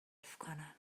کنم